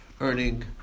earning